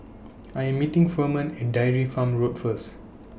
I Am meeting Furman At Dairy Farm Road First